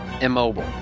immobile